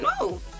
no